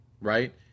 right